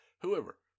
whoever